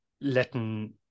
letting